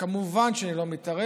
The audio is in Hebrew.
כמובן שאני לא מתערב.